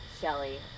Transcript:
Shelly